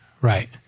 Right